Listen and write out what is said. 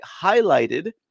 highlighted